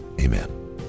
amen